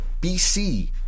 BC